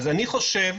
לדעתי,